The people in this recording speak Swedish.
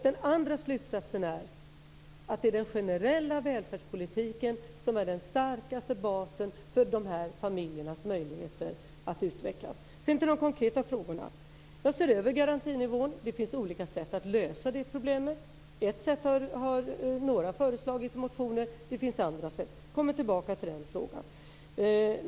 Den andra slutsatsen är att det är den generella välfärdspolitiken som är den starkaste basen för de här familjernas möjligheter att utvecklas. Sedan går jag till de konkreta frågorna. Jag ser över garantinivån. Det finns olika sätt att lösa det problemet. Ett sätt har några föreslagit i motioner, och det finns andra sätt. Jag kommer tillbaka till den frågan.